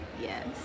Yes